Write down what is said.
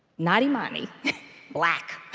not imani black.